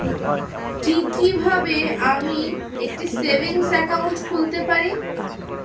কি কিভাবে আমি একটি সেভিংস একাউন্ট খুলতে পারি?